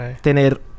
tener